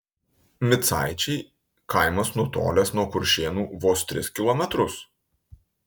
micaičiai kaimas nutolęs nuo kuršėnų vos tris kilometrus